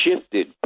shifted